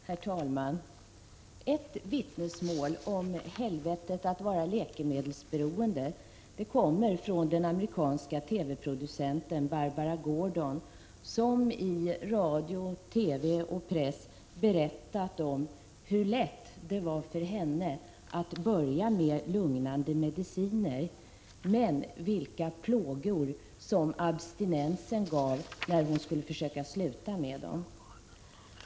Herr talman! Ett vittnesmål om helvetet att vara läkemedelsberoende kommer från den amerikanska TV-producenten Barbara Gordon, som i radio, TV och press berättat om hur lätt det var för henne att börja med lugnande mediciner, men vilka plågor abstinensen gav när hon skulle försöka sluta med dem.